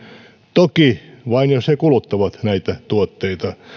toki vain jos he kuluttavat näitä tuotteita